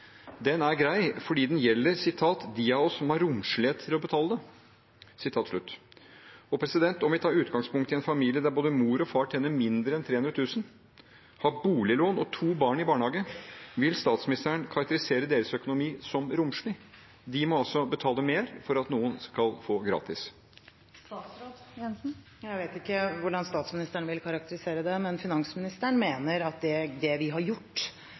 er grei fordi den gjelder «dem av oss som har romslighet til å betale det.» Om vi tar utgangspunkt i en familie der både mor og far tjener mindre enn 300 000, har boliglån og to barn i barnehage: Vil statsministeren karakterisere deres økonomi som romslig? De må altså betale mer for at noen skal få det gratis. Statsråd Jensen. Jeg vet ikke hvordan statsministeren vil karakterisere det, men finansministeren mener at det vi har gjort,